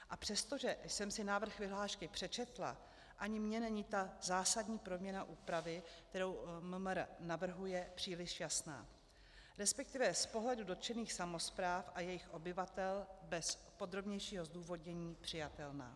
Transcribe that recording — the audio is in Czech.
A přestože jsem si návrh vyhlášky přečetla, ani mně není ta zásadní proměna úpravy, kterou MMR navrhuje, příliš jasná, resp. z pohledu dotčených samospráv a jejich obyvatel bez podrobnějšího zdůvodnění přijatelná.